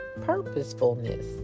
Purposefulness